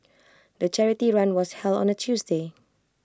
the charity run was held on A Tuesday